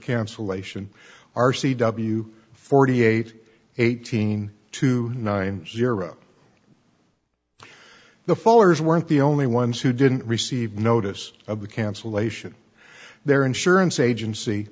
cancellation r c w forty eight eighteen two nine zero the fallers weren't the only ones who didn't receive notice of the cancellation their insurance agency